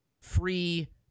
free